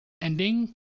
ending